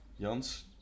Jans